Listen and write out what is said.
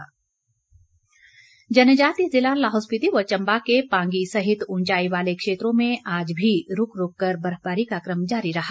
मौसम जनजातीय जिला लाहौल स्पिति व चम्बा के पांगी सहित उंचाई वाले क्षेत्रों में आज भी रूक रूककर बर्फबारी का क्रम जारी रहा